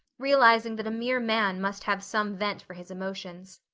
realizing that a mere man must have some vent for his emotions.